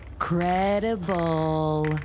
Credible